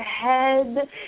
head